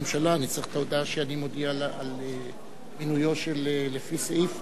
הודעה ליושב-ראש ועדת הכנסת.